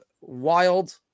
Wild